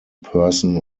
person